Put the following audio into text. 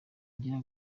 agira